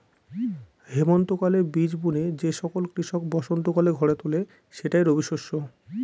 হেমন্তকালে বীজ বুনে যে ফসল কৃষক বসন্তকালে ঘরে তোলে সেটাই রবিশস্য